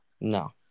No